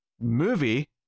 movie